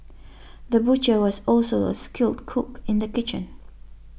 the butcher was also a skilled cook in the kitchen